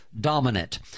dominant